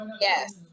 yes